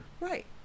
right